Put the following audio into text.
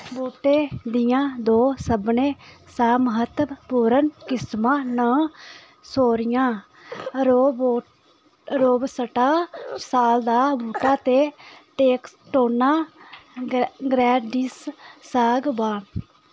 बूह्टें दियां दो सभनें शा म्हत्तवपूर्ण किस्मां न शोरिया रोबस्टा साल दा बूह्टा ते टेक्टोना ग्रैंडिस सागवान